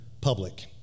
public